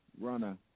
Runner